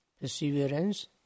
perseverance